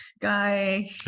guy